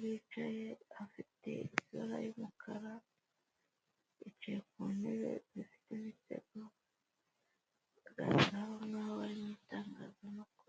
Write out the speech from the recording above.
bicaye afite isura y'umukara bicaye ku ntebe zifite imisego zaho ngaho, barimu itangazamakuru.